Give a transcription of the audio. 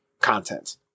content